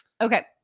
okay